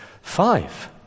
five